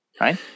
Right